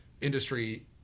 industry